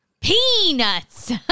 Peanuts